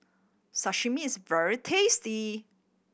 sashimi is very tasty